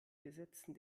gesetzen